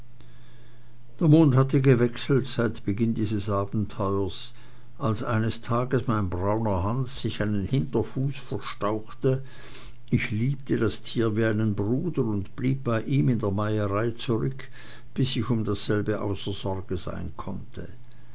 der mond hatte gewechselt seit beginn dieses abenteuers als eines tages mein brauner hans sich einen hinterfuß verstauchte ich liebte das tier wie einen bruder und blieb bei ihm in der meierei zurück bis ich um dasselbe außer sorge sein konnte